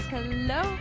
Hello